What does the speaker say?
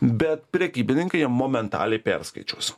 bet prekybininkai jie momentaliai perskaičiuos